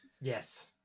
Yes